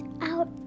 out